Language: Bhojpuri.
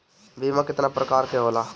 बीमा केतना प्रकार के होला?